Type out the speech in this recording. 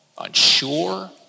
unsure